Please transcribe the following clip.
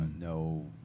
no